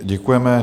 Děkujeme.